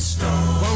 Stone